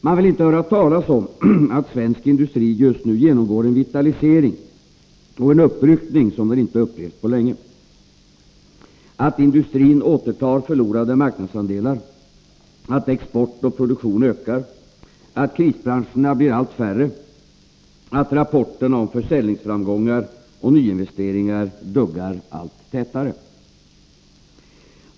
Man vill inte höra talas om att svensk industri just nu genomgår en vitalisering och en uppryckning som den inte har upplevt på länge — att industrin återtar förlorade marknadsandelar, att export och produktion ökar, att krisbranscherna blir allt färre, att rapporterna om försäljningsframgångar och nyinvesteringar duggar allt tätare.